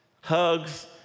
hugs